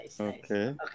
Okay